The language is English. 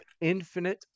infinite